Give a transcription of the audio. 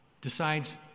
decides